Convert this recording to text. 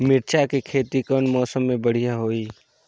मिरचा के खेती कौन मौसम मे बढ़िया होही?